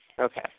Okay